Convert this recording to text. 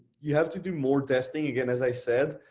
you have to do more testing again, as i said,